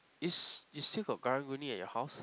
is is still got Karang-Guni at your house